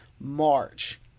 March